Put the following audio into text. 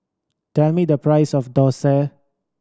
tell me the price of dosa